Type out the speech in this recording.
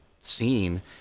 scene